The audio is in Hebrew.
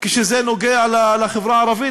כשזה נוגע לחברה הערבית,